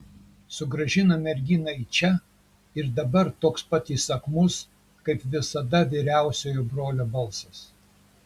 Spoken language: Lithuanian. sugrąžino merginą į čia ir dabar toks pat įsakmus kaip visada vyriausiojo brolio balsas